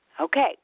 Okay